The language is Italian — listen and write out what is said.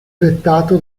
dettato